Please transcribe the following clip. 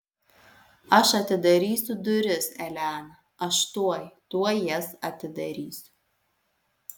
aš atidarysiu duris elena aš tuoj tuoj jas atidarysiu